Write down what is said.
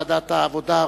ועדת העבודה,